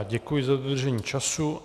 Děkuji za dodržení času.